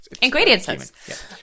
Ingredients